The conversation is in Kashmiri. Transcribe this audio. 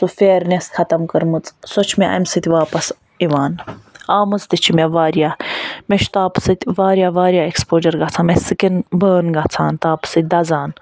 تہٕ فیرنیٚس ختم کٔرمٕژ سۄ چھِ مےٚ اَمہِ سۭتۍ واپَس یِوان آمٕژ تہِ چھِ مےٚ واریاہ مےٚ چھُ تاپہٕ سۭتۍ واریاہ واریاہ ایٚکسپوجَر گَژھان مےٚ سِکن بٔرن گَژھان تاپہٕ سۭتۍ دَزان